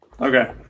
Okay